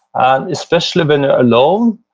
especially when alone,